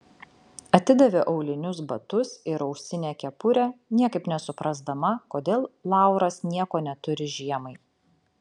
atidavė aulinius batus ir ausinę kepurę niekaip nesuprasdama kodėl lauras nieko neturi žiemai